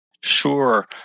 Sure